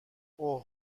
اوه